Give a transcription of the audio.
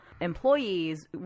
employees